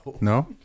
No